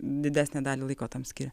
didesnę dalį laiko tam skiria